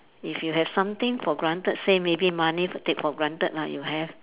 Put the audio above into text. if you have something for granted say maybe money take for granted lah you have